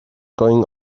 going